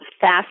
fast